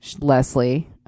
Leslie